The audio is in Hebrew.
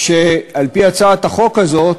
על-פי הצעת החוק הזאת,